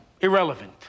irrelevant